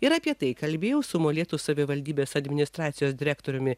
ir apie tai kalbėjau su molėtų savivaldybės administracijos direktoriumi